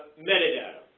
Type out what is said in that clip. metadata.